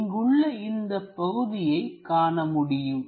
இங்குள்ள இந்தப் பகுதியை காண முடியும்